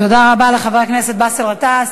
תודה רבה לחבר הכנסת באסל גטאס.